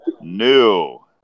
new